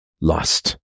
lost